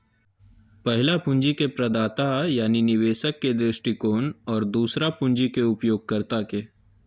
पहला पूंजी के प्रदाता यानी निवेशक के दृष्टिकोण और दूसरा पूंजी के उपयोगकर्ता के